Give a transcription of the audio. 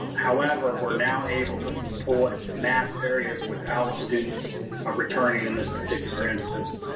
however, we're now able to pull it mass areas without students returning in this particular instance.